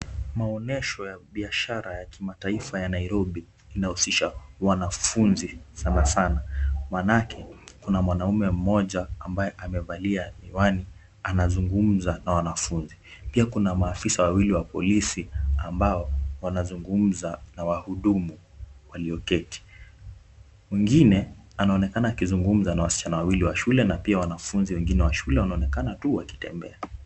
Maonyesho ya biashara ya kimataifa ya Nairobi inahusisha wanafunzi sana sana maanake kuna mwanaume mmoja ambaye amevalia miwani anazungumza na wanafunzi. Pia kuna maafisa wawili wa polisi ambao wanazungumza na wahudumu walioketi. Mwingine anaonekana akizungumza na wasichana wawili wa shule na pia wanafunzi wengine wa shule wanaonekana tu wakitembea.